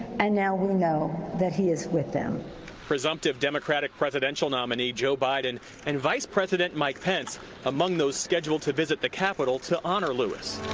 and now we know that he is with them. reporter presumptive democratic presidential nominee joe biden and vice president mike pence among those scheduled to visit the capital to honor lewis.